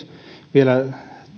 vielä